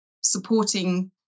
supporting